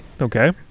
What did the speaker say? Okay